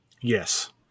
Yes